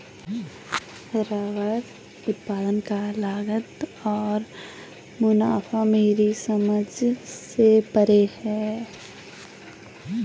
rubber उत्पाद का लागत और मुनाफा मेरे समझ से परे है